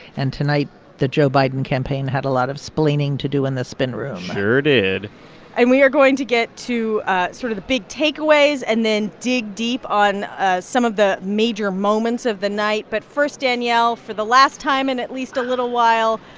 and tonight the joe biden campaign had a lot of splaining to do in the spin room sure did and we are going to get to ah sort of the big takeaways and then dig deep on ah some of the major moments of the night. but first, danielle, for the last time in at least a little while,